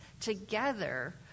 together